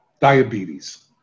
diabetes